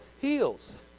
heals